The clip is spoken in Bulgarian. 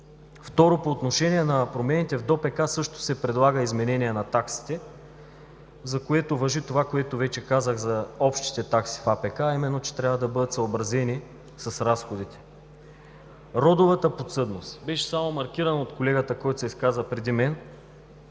По отношение на промените в ДОПК също се предлага изменение на таксите, за което важи това, което вече казах за общите такси в АПК – че трябва да бъдат съобразени с разходите. Родовата подсъдност беше само маркирана от колегата, който се изказа преди мен.